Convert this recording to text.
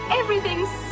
everything's